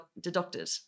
deducted